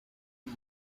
you